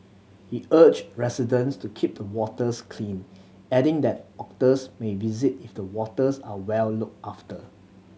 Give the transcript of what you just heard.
he urged residents to keep the waters clean adding that otters may visit if the waters are well looked after